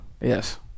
Yes